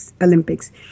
Olympics